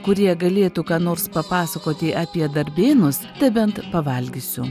kurie galėtų ką nors papasakoti apie darbėnus tai bent pavalgysiu